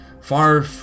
far